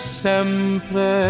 sempre